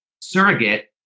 surrogate